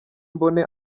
mbone